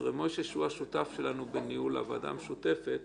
הוא השותף שלנו בניהול הישיבה המשותפת